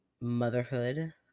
motherhood